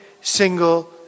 single